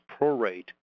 prorate